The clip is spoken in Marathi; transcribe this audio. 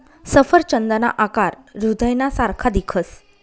सफरचंदना आकार हृदयना सारखा दिखस